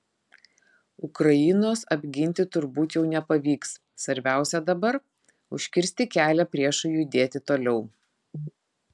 ukrainos apginti turbūt jau nepavyks svarbiausia dabar užkirsti kelią priešui judėti toliau